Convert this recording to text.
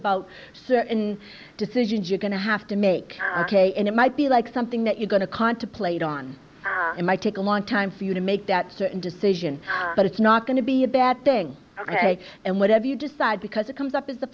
about certain decisions you're going to have to make and it might be like something that you're going to contemplate on it might take a long time for you to make that decision but it's not going to be a bad thing ok and whatever you decide because it comes up is the